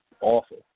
awful